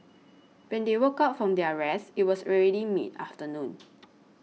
when they woke up from their rest it was already mid afternoon